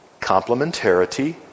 complementarity